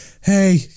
hey